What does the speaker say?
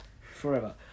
forever